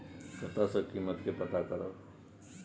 कतय सॅ कीमत के पता करब?